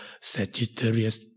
Sagittarius